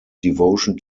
devotion